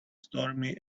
stormy